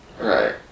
Right